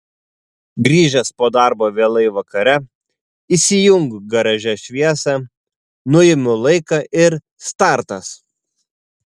grįžęs po darbo vėlai vakare įsijungiu garaže šviesą nuimu laiką ir startas